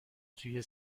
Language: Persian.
توی